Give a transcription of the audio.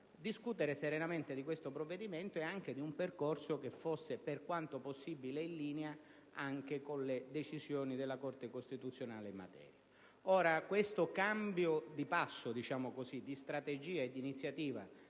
discutere serenamente di tale provvedimento e anche di un percorso che fosse, per quanto possibile, in linea con le decisioni della Corte costituzionale in materia. Mi auguro che questo cambio di passo, di strategia e di iniziativa